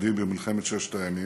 ומפקדים במלחמת ששת הימים,